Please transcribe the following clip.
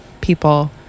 people